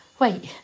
Wait